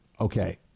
Okay